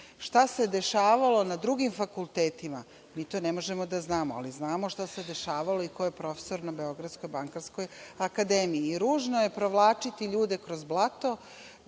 Šta se dešavalo na drugim fakultetima, mi to ne možemo da znamo, ali znamo šta se dešavalo i ko je profesor na Beogradskoj bankarskoj akademiji.Ružno je provlačiti ljude kroz blato